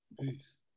peace